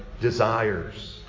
desires